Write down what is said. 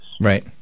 Right